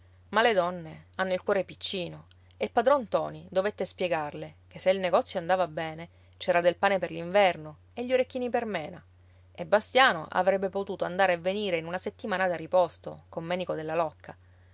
ma le donne hanno il cuore piccino e padron ntoni dovette spiegarle che se il negozio andava bene c'era del pane per l'inverno e gli orecchini per mena e bastiano avrebbe potuto andare e venire in una settimana da riposto con menico della locca